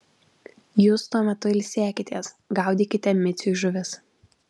jūs tuo metu ilsėkitės gaudykite miciui žuvis